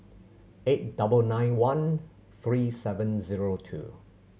eight double nine one three seven zero two